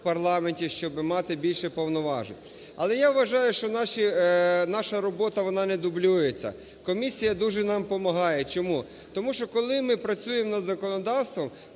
щоби мати більше повноважень. Але я вважаю, що наші… наша робота, вона не дублюється. Комісія дуже нам помагає. Чому? Тому що, коли ми працюємо над законодавством,